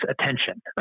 attention